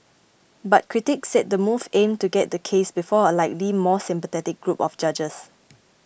but critics said the move aimed to get the case before a likely more sympathetic group of judges